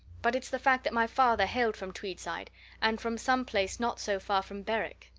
but it's the fact that my father hailed from tweedside and from some place not so far from berwick.